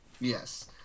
Yes